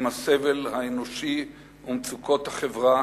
עם הסבל האנושי ומצוקות החברה